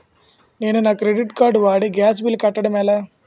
నేను నా credit card వాడి గ్యాస్ బిల్లు కట్టడం ఎలా?